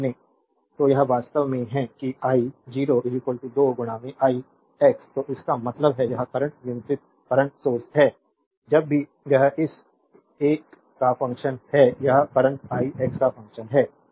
तो यह वास्तव में है कि आई 0 2 आई एक्स तो इसका मतलब है यह करंट नियंत्रित करंट सोर्स है जब भी यह इस एक का फंक्शन है यह करंट आई एक्स का फंक्शन है